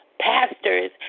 Pastors